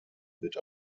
wird